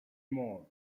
more